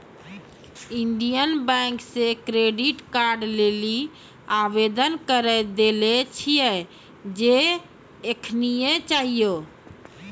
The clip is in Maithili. इन्डियन बैंक से क्रेडिट कार्ड लेली आवेदन करी देले छिए जे एखनीये चाहियो